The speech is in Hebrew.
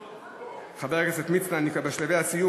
חבר הכנסת מצנע, אני בשלבי סיום.